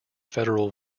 federal